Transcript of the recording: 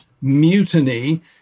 mutiny